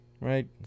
Right